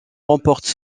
remporte